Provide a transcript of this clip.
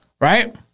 Right